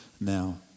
now